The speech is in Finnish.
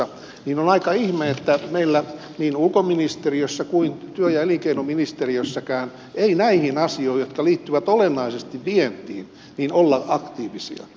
on aika ihme ettei meillä niin ulkoministeriössä kuin työ ja elinkeinoministeriössäkään näihin asioihin jotka liittyvät olennaisesti vientiin olla aktiivisia